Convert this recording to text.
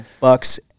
bucks